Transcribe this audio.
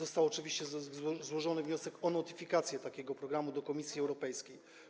Oczywiście został złożony wniosek o notyfikację takiego programu do Komisji Europejskiej.